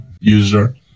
user